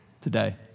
today